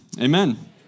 amen